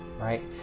right